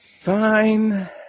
Fine